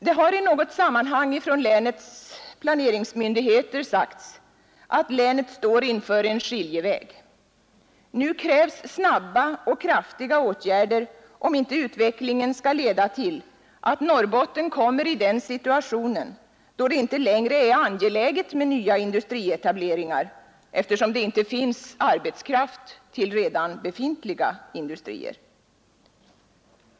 Det har i något sammanhang från länets planeringsmyndigheter sagts att länet står inför en skiljeväg: nu krävs snabba och kraftiga åtgärder om inte utvecklingen skall leda till att Norrbotten kommer i den situationen, då det inte längre är angeläget med nya industrietableringar, eftersom det inte finns arbetskraft till redan befintliga industrier.